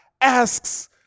asks